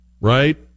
right